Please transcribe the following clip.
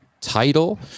title